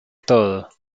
todo